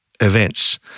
events